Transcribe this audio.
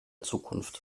zukunft